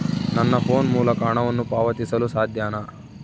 ನನ್ನ ಫೋನ್ ಮೂಲಕ ಹಣವನ್ನು ಪಾವತಿಸಲು ಸಾಧ್ಯನಾ?